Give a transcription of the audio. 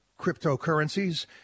cryptocurrencies